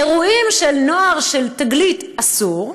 אירועים של נוער של תגלית, אסור,